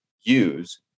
use